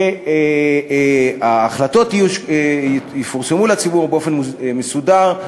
שההחלטות יפורסמו לציבור באופן מסודר,